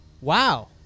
wow